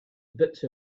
bits